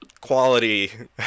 quality